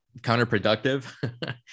counterproductive